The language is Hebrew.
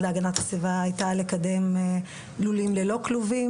להגנת הסביבה הייתה לקדם לולים ללא כלובים.